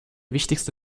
wichtigste